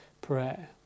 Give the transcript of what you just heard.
prayer